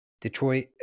Detroit